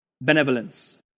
benevolence